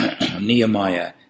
Nehemiah